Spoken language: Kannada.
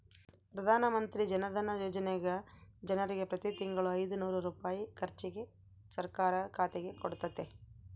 ಪ್ರಧಾನಮಂತ್ರಿ ಜನಧನ ಯೋಜನೆಗ ಜನರಿಗೆ ಪ್ರತಿ ತಿಂಗಳು ಐನೂರು ರೂಪಾಯಿ ಖರ್ಚಿಗೆ ಸರ್ಕಾರ ಖಾತೆಗೆ ಕೊಡುತ್ತತೆ